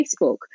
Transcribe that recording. Facebook